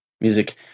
Music